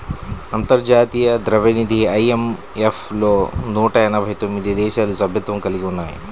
అంతర్జాతీయ ద్రవ్యనిధి ఐ.ఎం.ఎఫ్ లో నూట ఎనభై తొమ్మిది దేశాలు సభ్యత్వం కలిగి ఉన్నాయి